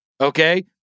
okay